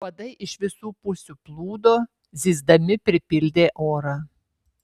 uodai iš visų pusių plūdo zyzdami pripildė orą